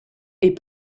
est